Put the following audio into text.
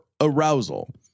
arousal